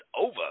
over